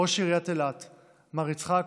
ראש עיריית אילת מר יצחק,